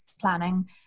planning